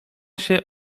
się